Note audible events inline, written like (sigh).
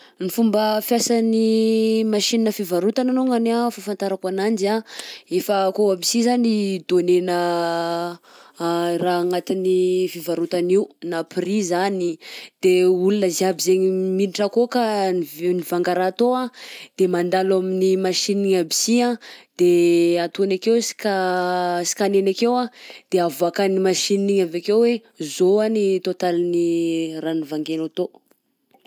Ny fomba fiasan'ny machine fivarotana alongany anh fahanfantarako ananjy anh, efa akao aby si zany donnée-nà (hesitation) raha agnatin'ny fivarotana any io, na prix zany, de olona ziaby zaigny miditra akao ka niv- nivanga raha tao anh de mandalo amin'ny machine i aby si anh de ataony akeo sca- scanner-ny akeo anh de avoakan'ny machine igny avy akeo hoe izao ny tôtalin'ny raha nivangianao tao.